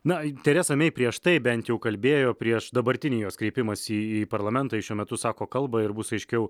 na teresa mey prieš tai bent jau kalbėjo prieš dabartinį jos kreipimąsi į parlamentą ji šiuo metu sako kalbą ir bus aiškiau